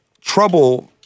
trouble-